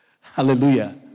Hallelujah